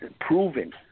proven